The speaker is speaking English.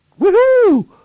woohoo